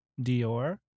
Dior